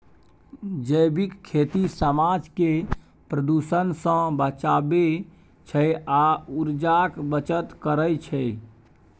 जैबिक खेती समाज केँ प्रदुषण सँ बचाबै छै आ उर्जाक बचत करय छै